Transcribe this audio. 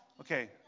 Okay